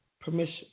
permission